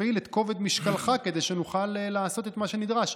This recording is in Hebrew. ותפעיל את כובד משקלך כדי שנוכל לעשות את מה שנדרש.